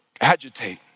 agitate